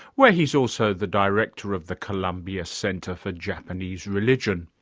where he's also the director of the columbia center for japanese religion.